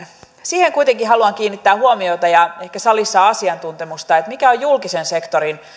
siihen kuitenkin haluan kiinnittää huomiota ja ehkä salissa on asiantuntemusta siihen mikä on julkisen sektorin